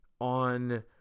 on